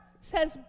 says